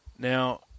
Now